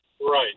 Right